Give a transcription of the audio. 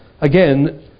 again